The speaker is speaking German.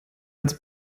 als